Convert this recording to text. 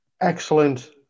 Excellent